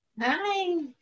Hi